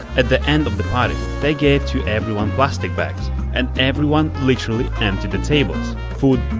at the end of the party they gave to everyone plastic bags and everyone literally emptied the tables food,